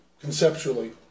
conceptually